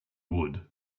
would